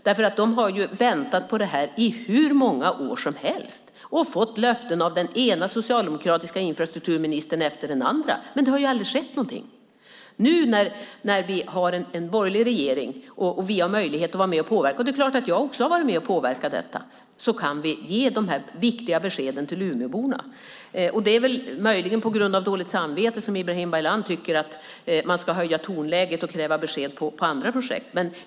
Man har ju väntat på detta i hur många år som helst och fått löften av den ena socialdemokratiska infrastrukturministern efter den andra, men det har aldrig skett något. Nu när vi har en borgerlig regering har vi möjlighet att vara med och påverka, och det är klart att jag också har varit med och påverkat detta. Nu kan vi ge dessa viktiga besked till umeborna. Det är möjligen på grund av dåligt samvete som Ibrahim Baylan vill höja tonläget och kräva besked och kräva besked om andra projekt.